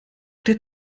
der